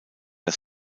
das